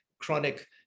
chronic